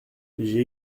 j’ai